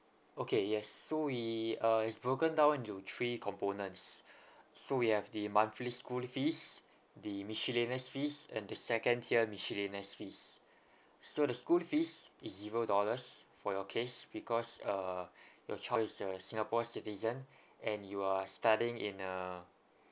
okay yes so we uh it's broken down into three components so we have the monthly school fees the miscellaneous fees and the second tier miscellaneous fees so the school fees is zero dollars for your case because uh your child is a singapore citizen and you are studying in a